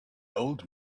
old